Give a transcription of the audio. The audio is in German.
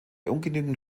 ungenügend